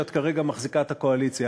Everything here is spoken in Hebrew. שאת כרגע מחזיקה את הקואליציה.